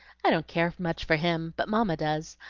i don't care much for him, but mamma does.